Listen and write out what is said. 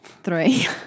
Three